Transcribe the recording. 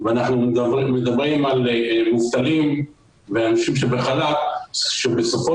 ואנחנו מדברים על מובטלים ואנשים שבחל"ת שבסופו